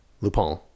Lupin